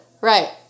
Right